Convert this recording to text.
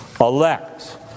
elect